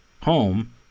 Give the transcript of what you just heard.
home